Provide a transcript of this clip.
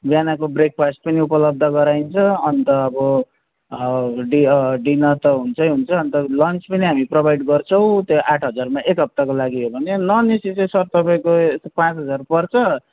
बिहानको ब्रेकफास्ट पनि उपलब्ध गराइन्छ अनि त अब हउ डी डिनर त हुन्छै हुन्छ अनि त लन्च पनि हामी प्रोभाइड गर्छौँ त्यो आठ हजारमा एक हप्ताको लागि हो भने नन् एसी चाहिँ सर तपाईँको पाँच हजार पर्छ